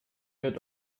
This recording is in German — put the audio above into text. wird